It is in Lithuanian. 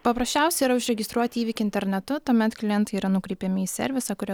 paprasčiausia yra užregistruoti įvykį internetu tuomet klientai yra nukreipiami į servisą kuriuo